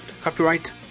Copyright